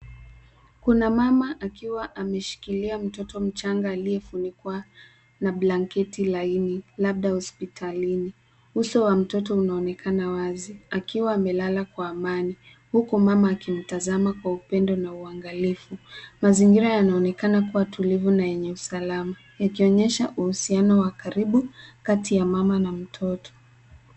Kuna mama akiwa ameshikilia mtoto mchanga aliyefunikwa na blanketi laini, labda hospitalini. Uso wa mtoto unaonekana wazi, akiwa amelala kwa amani, huku mama akimtazama kwa upendo na uangalifu. Mazingira yanaonekana kuwa tulivu na yenye usalama, yakionyesha uhusiano wa karibu kati ya mama na mtoto.